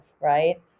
right